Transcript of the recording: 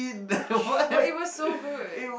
but it was so good